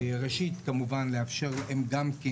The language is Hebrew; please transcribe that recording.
ראשית כמובן לאפשר להם גם כן,